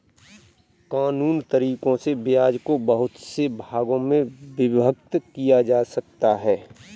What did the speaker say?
कानूनन तरीकों से ब्याज को बहुत से भागों में विभक्त किया जा सकता है